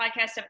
podcast